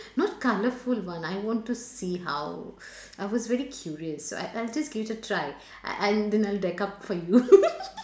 not colourful one I want to see how I was very curious I I'll just give a try a~ and then I'll deck up for you